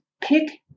pick